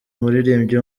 umuririmbyi